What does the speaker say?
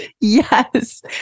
Yes